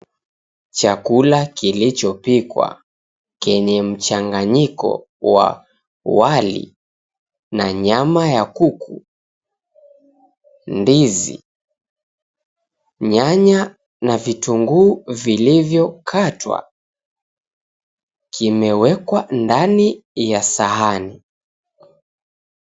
Chakula kilichopikwa kenye mchanganyiko wa wali na nyama ya kuku, ndizi, nyanya na vitunguu vilivyokatwa kimewekwa ndani ya sahani.